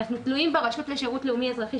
אנחנו תלויים ברשות לשירות לאומי-אזרחי,